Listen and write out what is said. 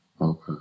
Okay